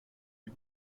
wie